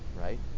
right